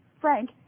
Frank